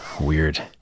weird